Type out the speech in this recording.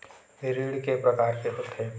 ऋण के प्रकार के होथे?